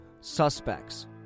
suspects